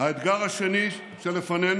האתגר השני שלפנינו